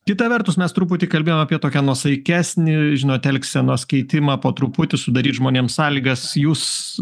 kita vertus mes truputį kalbėjom apie tokią nuosaikesnį žinot elgsenos keitimą po truputį sudaryt žmonėm sąlygas jūs